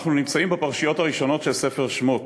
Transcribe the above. אנחנו נמצאים בפרשיות הראשונות של ספר שמות,